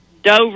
dover